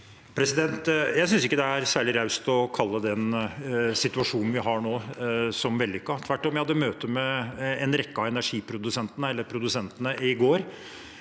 Jeg synes ikke det er særlig raust å kalle den situasjonen vi har nå, vellykket – tvert om. Jeg hadde møte med en rekke av produsentene i går,